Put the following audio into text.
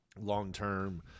long-term